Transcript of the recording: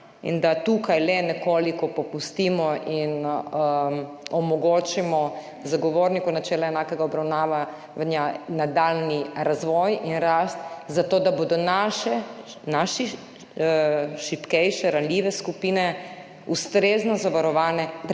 in da tukaj le nekoliko popustimo in omogočimo Zagovorniku načela enakosti oziroma enake obravnave nadaljnji razvoj in rast zato, da bodo naše šibkejše, ranljive skupine ustrezno zavarovane